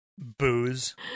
Booze